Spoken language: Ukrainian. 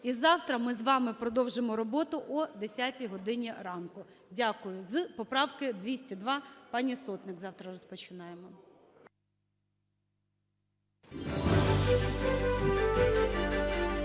І завтра ми з вами продовжимо роботу о 10 годині ранку. Дякую. З поправки 202 пані Сотник завтра розпочинаємо.